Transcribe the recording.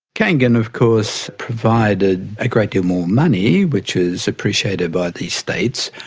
kangan of course provided a great deal more money, which is appreciated by the states,